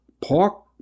Park